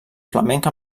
flamenc